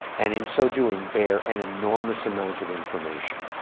and in so doing, bear and enormous amount of information.